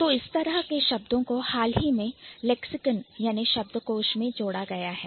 तो इस तरह के शब्द हाल ही में shabdkosh में जोड़े गए हैं